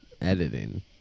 Editing